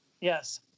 Yes